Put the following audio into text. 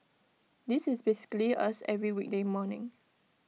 this is basically us every weekday morning